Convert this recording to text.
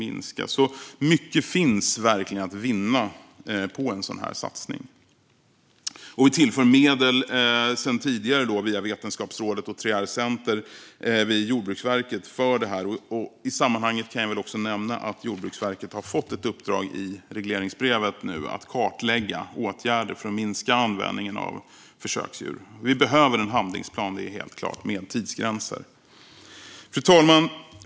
Mycket finns alltså verkligen att vinna på en sådan här satsning, och vi tillför sedan tidigare medel via Vetenskapsrådet och 3R-center vid Jordbruksverket för detta. I sammanhanget kan jag väl också nämna att Jordbruksverket nu har fått ett uppdrag i regleringsbrevet att kartlägga åtgärder för att minska användningen av försöksdjur. Det är helt klart att vi behöver en handlingsplan, med tidsgränser. Fru talman!